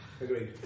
agreed